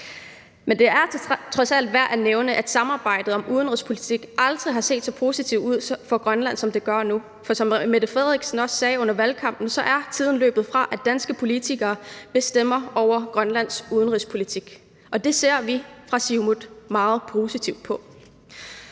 Men det er trods alt værd at nævne, at samarbejdet om udenrigspolitik aldrig har set så positivt ud for Grønland, som det gør nu, for som Mette Frederiksen også sagde under valgkampen, er tiden løbet fra, at danske politikere bestemmer over Grønlands udenrigspolitik, og det ser vi fra Siumuts side meget positivt på.